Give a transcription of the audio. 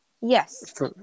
Yes